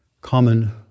common